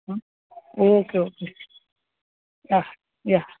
okay okay હા યા